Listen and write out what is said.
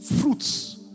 fruits